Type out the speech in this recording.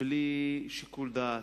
בלי שיקול דעת.